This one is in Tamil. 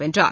வென்றார்